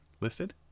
listed